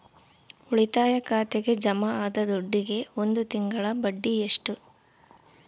ಉಳಿತಾಯ ಖಾತೆಗೆ ಜಮಾ ಆದ ದುಡ್ಡಿಗೆ ಒಂದು ತಿಂಗಳ ಬಡ್ಡಿ ಎಷ್ಟು?